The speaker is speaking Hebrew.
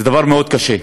זה דבר מאוד קשה.